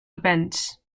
events